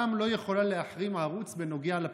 לפ"מ לא יכולה להחרים ערוץ בנוגע לפרסום.